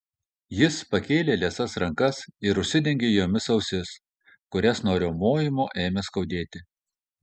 jis pakėlė liesas rankas ir užsidengė jomis ausis kurias nuo riaumojimo ėmė skaudėti